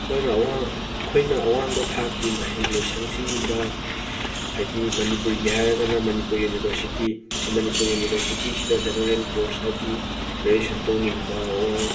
ꯑꯩꯈꯣꯏꯅ ꯑꯋꯥꯡ ꯑꯩꯈꯣꯏꯅ ꯑꯋꯥꯡꯕ ꯊꯥꯛꯀꯤ ꯃꯍꯩꯂꯣꯏꯁꯪꯁꯤꯡꯗ ꯍꯥꯏꯗꯤ ꯃꯅꯤꯄꯨꯔꯒꯤ ꯍꯥꯏꯔꯒꯅ ꯃꯅꯤꯄꯨꯔ ꯌꯨꯅꯤꯚꯔꯁꯤꯇꯤ ꯁꯤ ꯃꯅꯤꯄꯨꯔ ꯌꯨꯅꯤꯚꯔꯁꯤꯇꯤꯁꯤꯗ ꯖꯦꯅꯔꯦꯜ ꯀꯣꯔꯁ ꯍꯥꯏꯗꯤ ꯒ꯭ꯔꯦꯖꯨꯌꯦꯁꯟ ꯇꯧꯅꯤꯡꯕ ꯑꯣꯔ